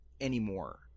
anymore